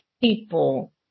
people